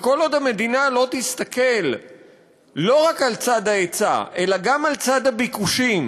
וכל עוד המדינה לא תסתכל רק על צד ההיצע אלא גם על צד הביקושים,